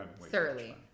thoroughly